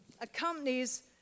accompanies